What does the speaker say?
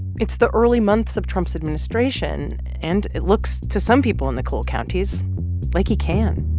it's the early months of trump's administration, and it looks to some people in the coal counties like he can